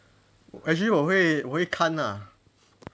actually 我会我会看啊